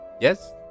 Yes